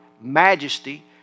majesty